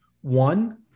One